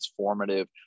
transformative